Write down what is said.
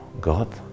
God